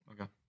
Okay